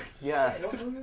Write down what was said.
Yes